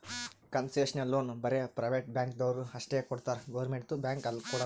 concessional loan ಬರೇ private ಬ್ಯಾಂಕ್ದವ್ರು ಅಷ್ಟೇ ಕೊಡ್ತಾರ್ ಗೌರ್ಮೆಂಟ್ದು ಬ್ಯಾಂಕ್ ಕೊಡಲ್ಲ